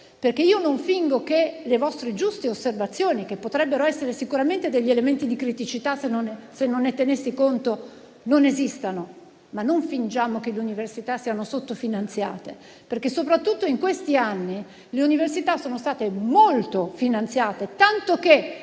Io non fingo che le vostre giuste osservazioni, che potrebbero essere sicuramente degli elementi di criticità, se non ne tenessi conto, non esistano. Non fingiamo però che le università siano sottofinanziate perché, soprattutto negli ultimi anni, sono state molto finanziate. Tanto che